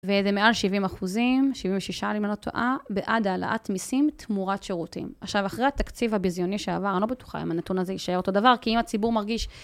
וזה מעל 70 אחוזים, 76 אם אני לא טועה, בעד העלאת מיסים תמורת שירותים. עכשיו, אחרי התקציב הביזיוני שעבר, אני לא בטוחה אם הנתון הזה יישאר אותו דבר, כי אם הציבור מרגיש...